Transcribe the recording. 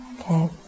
Okay